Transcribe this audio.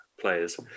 players